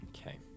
Okay